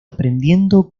aprendiendo